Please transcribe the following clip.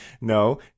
no